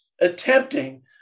attempting